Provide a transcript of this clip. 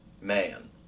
man